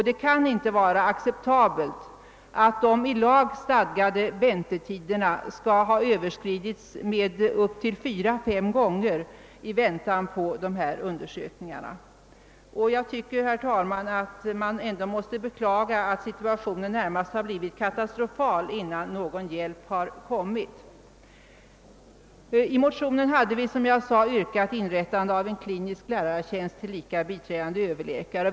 Det kan inte vara acceptabelt att de i lag stadgade väntetiderna överskrids fyra å fem gånger. Jag tycker, herr talman, att man måste beklaga att situationen har blivit i det närmaste katastrofal innan någon hjälp har kommit. I motionen hade vi, som jag sade, yrkat på inrättande av en klinisk lärartjänst, tillika biträdande överläkare.